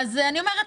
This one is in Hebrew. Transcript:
אז אני אומרת,